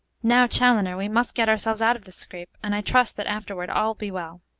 now, chaloner, we must get ourselves out of this scrape, and i trust that afterward all be well,